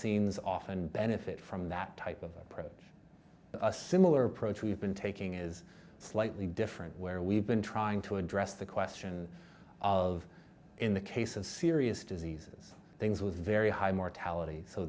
vaccines often benefit from that type of approach a similar approach we've been taking is slightly different where we've been trying to address the question of in the case of serious diseases things with very high mortality so